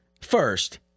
first